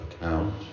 account